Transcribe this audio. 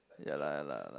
ya lah ya lah ya lah